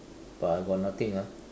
but I got nothing ah